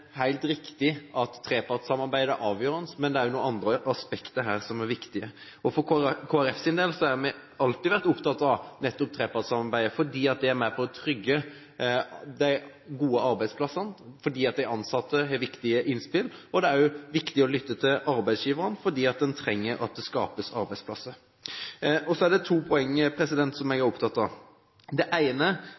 er også noen andre aspekter her som er viktige. Kristelig Folkeparti har alltid vært opptatt av trepartssamarbeidet, fordi det er med på å trygge de gode arbeidsplassene, fordi de ansatte har viktige innspill. Det er også viktig å lytte til arbeidsgiverne, fordi en trenger at det skapes arbeidsplasser. Så er det to poenger som jeg er opptatt av. Det